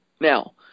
Now